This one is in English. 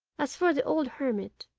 as for the old hermit,